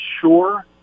sure